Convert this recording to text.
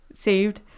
saved